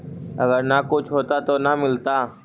अगर न कुछ होता तो न मिलता?